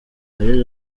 yagize